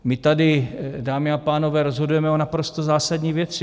My tady, dámy a pánové, rozhodujeme o naprosto zásadní věci.